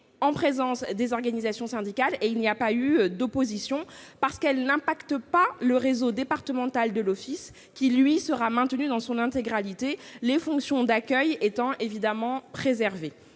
représentants des organisations syndicales. Il n'y a pas eu d'opposition parce qu'elle n'affecte pas le réseau départemental de l'office, qui sera maintenu dans son intégralité, les fonctions d'accueil étant évidemment préservées.